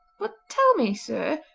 but tell me, sir,